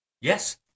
Yes